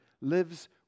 lives